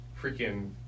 Freaking